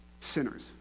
sinners